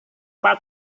pak